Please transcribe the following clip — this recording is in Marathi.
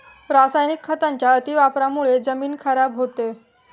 रासायनिक खतांच्या अतिवापरामुळे जमीन खराब होते